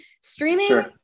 streaming